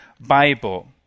Bible